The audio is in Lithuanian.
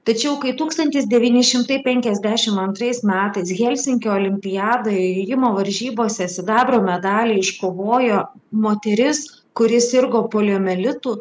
tačiau kai tūkstantis devyni šimtai penkiasdešimt antrais metais helsinkio olimpiadoje jojimo varžybose sidabro medalį iškovojo moteris kuri sirgo poliomielitu